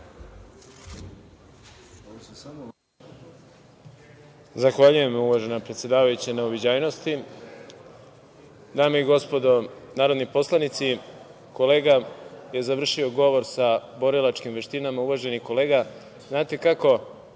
Zahvaljujem uvažena predsedavajuća na uviđajnosti. Dame i gospodo narodni poslanici, kolega je završio govor sa borilačkim veštinama. Uvaženi kolega, znate kako,